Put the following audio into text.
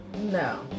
No